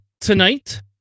tonight